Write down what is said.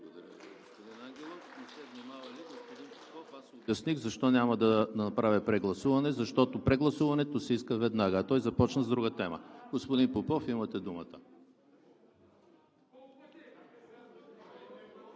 Благодаря Ви, господин Ангелов. Не сте внимавали, господин Попов. Аз обясних защо няма да направя прегласуване. Защото прегласуването се иска веднага, а той започна с друга тема. Господин Попов, имате думата.